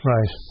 Right